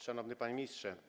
Szanowny Panie Ministrze!